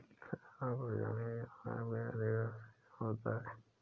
सागरों पर जमीन के मुकाबले अधिक वाष्पीकरण होता है